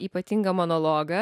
ypatingą monologą